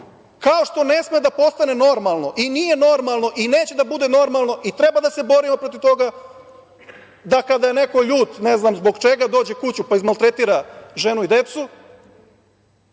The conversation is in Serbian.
kao što ne sme da postane normalno i nije normalno i neće da bude normalno i treba da borimo protiv toga da kada je neko ljut ne znam zbog čega dođe kući pa izmaltretira ženu i decu,